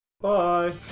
Bye